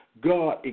God